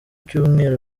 cyumweru